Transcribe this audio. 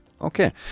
okay